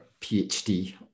PhD